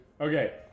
Okay